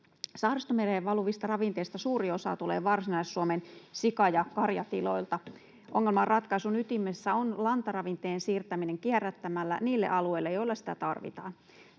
Saaristomereen valuvista ravinteista suuri osa tulee Varsinais-Suomen sika- ja karjatiloilta. Ongelman ratkaisun ytimessä on lantaravinteen siirtäminen kierrättämällä niille alueelle, joilla sitä tarvitaan.